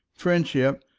friendship,